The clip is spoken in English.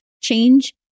Change